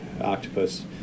octopus